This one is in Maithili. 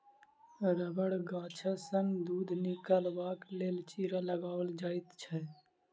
रबड़ गाछसँ दूध निकालबाक लेल चीरा लगाओल जाइत छै